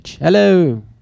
Hello